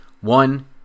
one